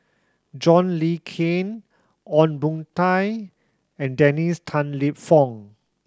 John Le Cain Ong Boon Tat and Dennis Tan Lip Fong